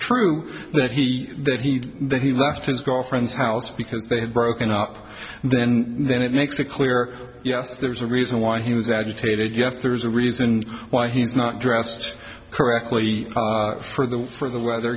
true that he that he that he left his girlfriend's house because they had broken up then then it makes it clear yes there's a reason why he was agitated yes there's a reason why he's not dressed correctly for the for the weather